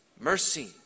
mercy